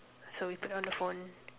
so we put down the phone